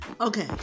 Okay